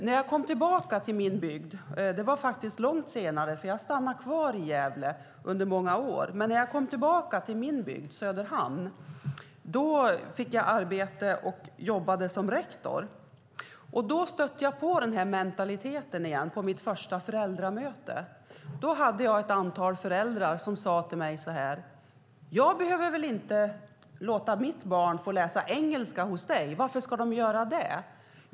När jag kom tillbaka till min bygd - långt senare eftersom jag stannade kvar i Gävle under många år - Söderhamn började jag arbeta som rektor. På mitt första föräldramöte stötte jag på denna mentalitet igen. Ett antal föräldrar sade till mig: Vi behöver inte låta våra barn läsa engelska hos dig. Varför ska barnen göra det?